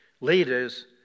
Leaders